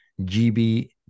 gb